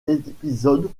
épisodes